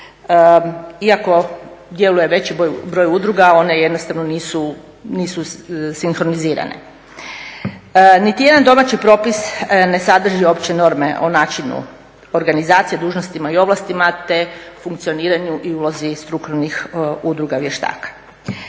iako djeluje veći broj udruga one jednostavno nisu sinkronizirane. Niti jedan domaći propis ne sadrži opće norme o načinu organizacije, dužnostima i ovlastima te funkcioniranju i ulozi strukturnih udruga vještaka.